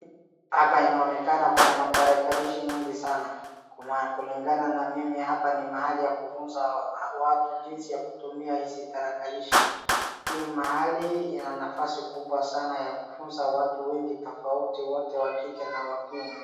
Hapa inaonekana kuna matarakalishi mingi sana, kulingana na mimi hapa ni mahali pa kufunza watu jinsi ya kutumia hizi tarakalishi, hii mahali ina nafasi kubwa sana ya kufunza watu wengi tofauti wote wa kike na wa kiume.